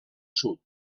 sud